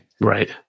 Right